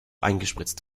eingespritzt